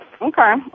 Okay